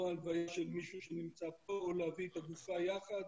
או הלוויה של מישהו שנמצא פה או להביא את הגופה יחד,